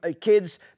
kids